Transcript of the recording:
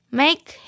make